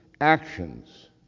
actions